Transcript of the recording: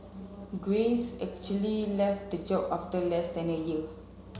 grace actually left the job after less than a year